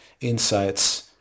insights